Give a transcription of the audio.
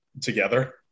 together